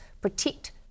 Protect